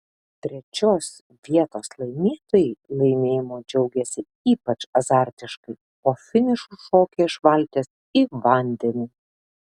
trečios vietos laimėtojai laimėjimu džiaugėsi ypač azartiškai po finišo šokę iš valties į vandenį